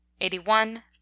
eighty-one